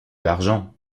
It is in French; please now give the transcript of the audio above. l’argent